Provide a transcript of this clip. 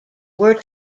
were